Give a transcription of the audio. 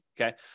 Okay